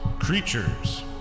creatures